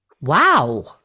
Wow